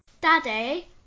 Daddy